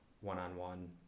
one-on-one